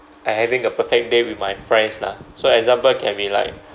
I having a perfect day with my friends lah so example can be like